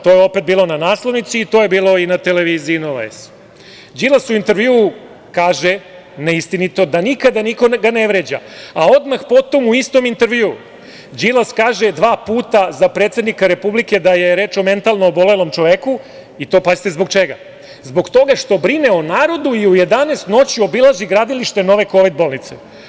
To je opet bilo na naslovnici i to je bilo i na televiziji Nova S. Đilas u intervjuu kaže, neistinito, da nikada nikoga ne vređa, a odmah potom u istom intervjuu Đilas kaže dva puta za predsednika Republike da je reč o mentalno obolelom čoveku, i to pazite zbog čega - zbog toga što brine o narodu i u 11.00 sati noću obilazi gradilište nove kovid bolnice.